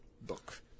book